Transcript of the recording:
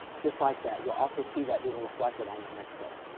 just like that. you'll also see that being reflected on the mixer.